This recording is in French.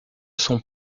son